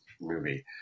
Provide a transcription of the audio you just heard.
movie